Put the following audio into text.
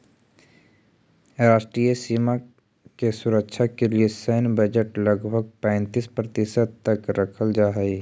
राष्ट्रीय सीमा के सुरक्षा के लिए सैन्य बजट लगभग पैंतीस प्रतिशत तक रखल जा हई